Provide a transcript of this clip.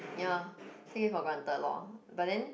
ya take it for granted lor but then